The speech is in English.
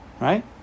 Right